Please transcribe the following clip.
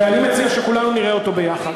ואני מציע שכולנו נראה אותו ביחד.